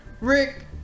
Rick